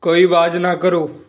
ਕੋਈ ਆਵਾਜ਼ ਨਾ ਕਰੋ